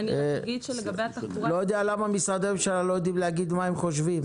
אני לא יודע למה משרדי הממשלה לא יודעים להגיד מה הם חושבים.